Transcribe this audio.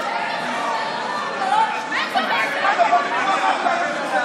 אין מילים.